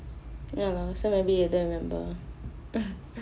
ya lor so maybe you don't remember